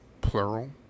plural